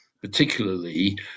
particularly